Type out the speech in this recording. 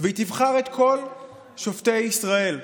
והיא תבחר את כל שופטי ישראל כולם.